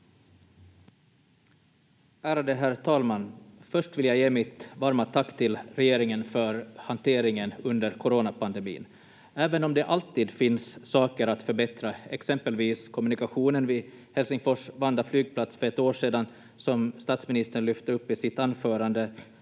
Ärade herr talman! Först vill jag ge mitt varma tack till regeringen för hanteringen under coronapandemin. Även om det alltid finns saker att förbättra, exempelvis kommunikationen vid Helsingfors-Vanda flygplats för ett år sedan som statsministern lyfte upp i sitt anförande,